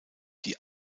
die